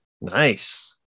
Nice